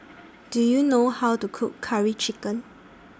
Do YOU know How to Cook Curry Chicken